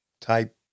type